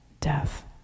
death